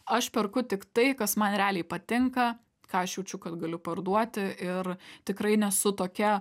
aš perku tik tai kas man realiai patinka ką aš jaučiu kad galiu parduoti ir tikrai nesu tokia